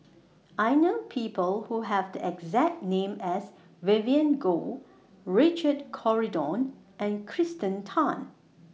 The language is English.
I know People Who Have The exact name as Vivien Goh Richard Corridon and Kirsten Tan